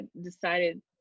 decided